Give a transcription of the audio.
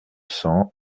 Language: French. cents